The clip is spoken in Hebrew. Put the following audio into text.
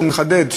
אני מחדד,